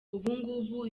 ubungubu